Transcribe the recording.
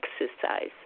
exercise